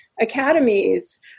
academies